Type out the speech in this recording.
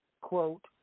Quote